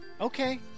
Okay